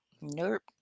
Nope